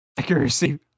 accuracy